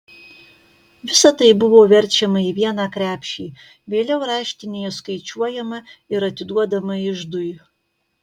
visa tai buvo verčiama į vieną krepšį vėliau raštinėje skaičiuojama ir atiduodama iždui